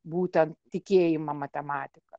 būtent tikėjimą matematika